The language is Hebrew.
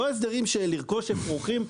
לא הסדרים של לרכוש אפרוחים.